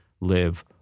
live